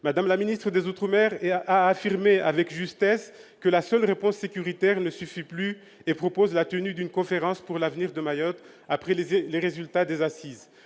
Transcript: Mme la ministre des outre-mer a affirmé avec justesse que la seule réponse sécuritaire ne suffisait plus et propose la tenue d'une conférence pour l'avenir de Mayotte, après les résultats des assises.